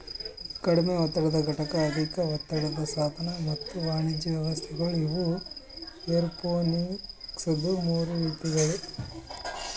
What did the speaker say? ಕಡಿಮೆ ಒತ್ತಡದ ಘಟಕ, ಅಧಿಕ ಒತ್ತಡದ ಸಾಧನ ಮತ್ತ ವಾಣಿಜ್ಯ ವ್ಯವಸ್ಥೆಗೊಳ್ ಇವು ಏರೋಪೋನಿಕ್ಸದು ಮೂರು ರೀತಿಗೊಳ್